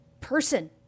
person